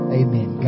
amen